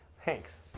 thanks.